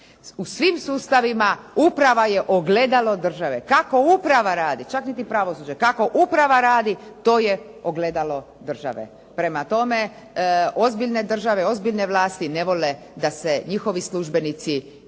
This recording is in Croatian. U svim sustavima uprava je ogledalo države. Kako uprava radi, čak niti pravosuđe, kako uprava radi to je ogledalo države. Prema tome, ozbiljne države, ozbiljne vlasti ne vole da se njihovi službenici poigravaju